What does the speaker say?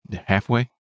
Halfway